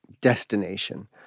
destination